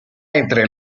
entre